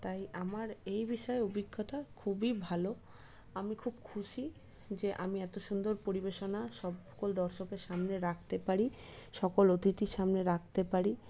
তাই আমার এই বিষয়ে অভিজ্ঞতা খুবই ভালো আমি খুব খুশি যে আমি এত সুন্দর পরিবেশনা সকল দর্শকের সামনে রাখতে পারি সকল অতিথির সামনে রাখতে পারি